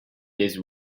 his